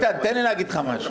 איתן, תן לי להגיד לך משהו.